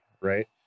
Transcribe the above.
right